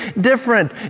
different